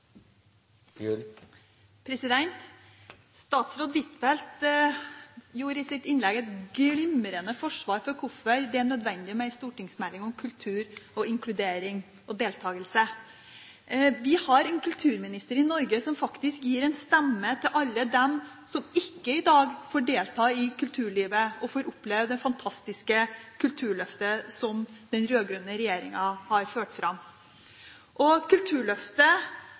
Statsråd Huitfeldt kom i sitt innlegg med et glimrende forsvar for hvorfor det er nødvendig med en stortingsmelding om kultur, inkludering og deltakelse. Vi har en kulturminister i Norge som faktisk gir en stemme til alle dem som ikke i dag får delta i kulturlivet og får oppleve det fantastiske kulturløftet som den rød-grønne regjeringen har ført fram. Kulturløftet har gjort at vi har satset mer på kultur, og